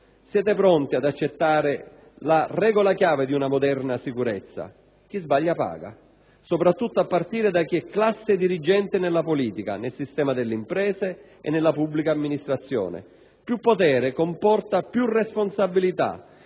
Siete pronti ad accettare la regola chiave di una moderna sicurezza? «Chi sbaglia paga», soprattutto a partire da chi è classe dirigente nella politica, nel sistema delle imprese e nella pubblica amministrazione. Più potere comporta più responsabilità.